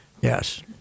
Yes